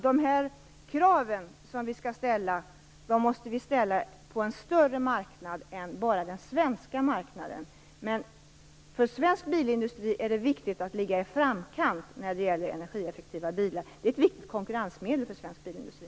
De krav som vi skall ställa måste alltså ställas på en större marknad, dvs. inte bara på den svenska marknaden. För svensk bilindustri är det viktigt att ligga på framkanten när det gäller energieffektiva bilar. Det är alltså ett viktigt konkurrensmedel för svensk bilindustri.